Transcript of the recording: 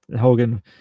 hogan